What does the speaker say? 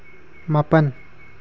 ꯃꯥꯄꯟ